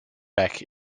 back